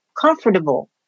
comfortable